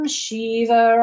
Shiva